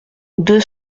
deux